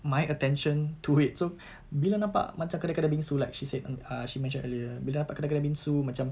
my attention to it so bila nampak macam colour colour bingsu like she said uh she mentioned earlier bila nampak colour colour bingsu macam